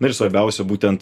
na ir svarbiausia būtent